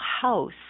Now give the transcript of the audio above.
house